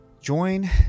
Join